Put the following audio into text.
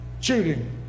shooting